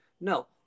No